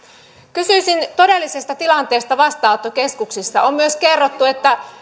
kysyisin todellisesta tilanteesta vastaanottokeskuksissa on myös kerrottu että